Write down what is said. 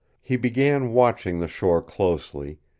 he began watching the shore closely,